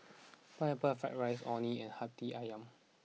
Pineapple Fried Rice Orh Nee and Hati Ayam